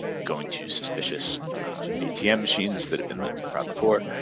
going to suspicious atm machines that have been linked to fraud before.